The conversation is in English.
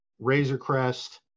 Razorcrest